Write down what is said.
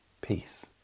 peace